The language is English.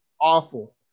Awful